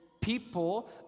people